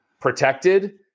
protected